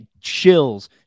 chills